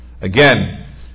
again